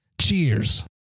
Cheers